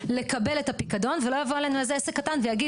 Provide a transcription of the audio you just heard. לקבל את הפיקדון ולא יבוא אלינו איזה עסק קטן ויגיד